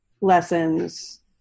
lessons